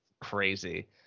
crazy